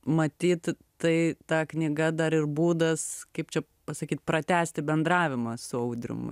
matyt tai ta knyga dar ir būdas kaip čia pasakyt pratęsti bendravimą su audrium